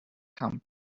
come